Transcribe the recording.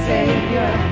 Savior